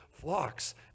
flocks